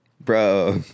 Bro